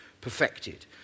perfected